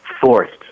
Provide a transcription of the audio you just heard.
forced